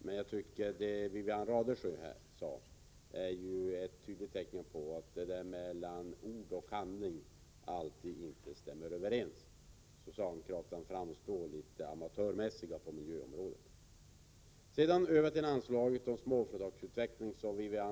Vad Wivi-Anne Radesjö här sade är enligt min mening 1 emellertid ett tydligt tecken på detta att ord och handling inte alltid stämmer överens. Socialdemokraterna framstår som litet amatörmässiga på miljöområdet. Wivi-Anne Radesjö menade att stödet till småföretagsutveckling var väl avvägt.